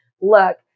look